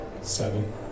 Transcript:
seven